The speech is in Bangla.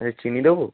হ্যাঁ চিনি দেবো